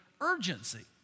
urgency